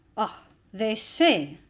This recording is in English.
ah! they say!